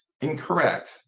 incorrect